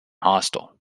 hostile